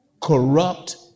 corrupt